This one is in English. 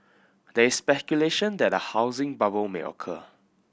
there is speculation that a housing bubble may occur